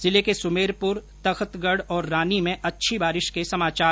जिले के सुमेरपुर तख्तगढ और रानी में अच्छी बारिश के समाचार हैं